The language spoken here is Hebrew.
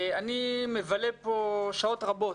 אני מבלה פה שעות רבות,